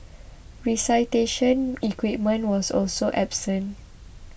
resuscitation equipment was also absent